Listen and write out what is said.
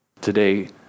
today